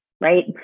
right